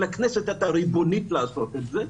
אבל הכנסת הייתה ריבונית לעשות את זה.